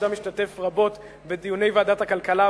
גם משתתף רבות בדיוני ועדת הכלכלה,